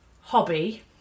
hobby